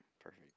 Perfect